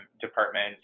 department